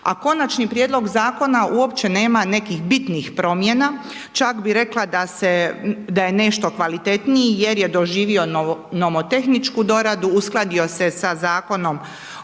A konačni prijedlog zakona uopće nema nekih bitnih promjena, čak bih rekla da je nešto kvalitetniji jer je doživio nomotehničku doradu, uskladio se sa Zakonom